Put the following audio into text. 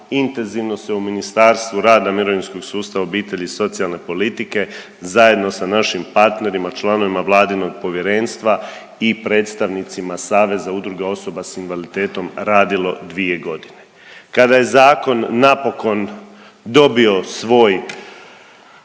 intenzivno se u Ministarstvu rada, mirovinskog sustava, obitelji i socijalne politike zajedno sa našim partnerima, članovima Vladinog povjerenstva i predstavnicima Saveza udruga osoba sa invaliditetom radilo dvije godine. Kada je zakon napokon dobio svoje